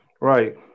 Right